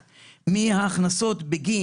אנחנו ביום 3 ביולי 2022, ד' בתמוז תשפ"ב.